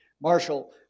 Marshall